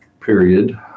period